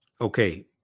okay